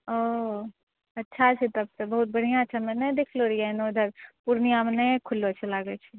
ओ अच्छा छै तब तऽ बहुत बढ़िऑं छै हमे नहि देखलहुॅं रहियै पूर्णियाँमे नए खुललो छै लागै छै